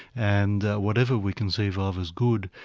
and whatever we conceive of as good,